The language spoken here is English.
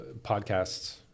podcasts